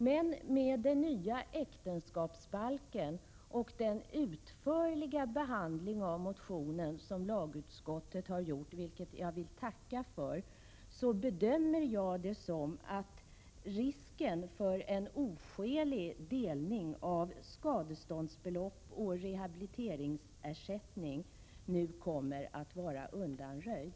Men med den nya äktenskapsbalken och den utförliga behandling av motionen som lagutskottet har gjort, vilket jag vill tacka för, bedömer jag det så att risken för en oskälig delning av skadeståndsbelopp och rehabiliteringsersättning nu kommer att vara undanröjd.